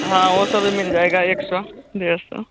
हाँ वह सब भी मिल जाएगा एक सौ डेढ़ सौ